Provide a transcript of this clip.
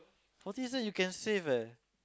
forty cent you can save eh